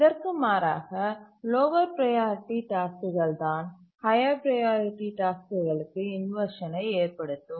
இதற்கு மாறாக lower priority டாஸ்க்குகள் தான் ஹய்யர் ப்ரையாரிட்டி டாஸ்க்குகளுக்கு இன்வர்ஷனை ஏற்படுத்தும்